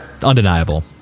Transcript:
Undeniable